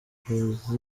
ry’umuyobozi